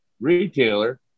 retailer